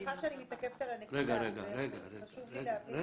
סליחה שאני מתעכבת על הנקודה אבל חשוב לי להבין.